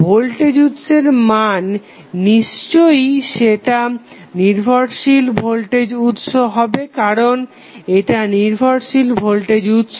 voltage উৎসের মান নিশ্চয়ই সেটা নির্ভরশীল ভোল্টেজ উৎস হবে কারণ এটা নির্ভরশীল ভোল্টেজ উৎস